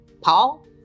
Paul